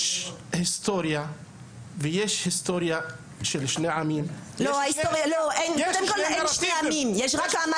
שיש היסטוריה של שני עמים ויש שני נרטיבים.